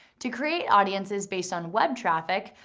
to create audiences based on web traffic,